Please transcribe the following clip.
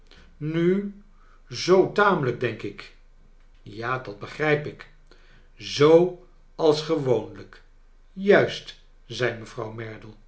nu zoo lamelijk denk ik ja dat begrijp ik zoo als gewoonlijk juist zei mevrouw